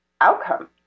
outcome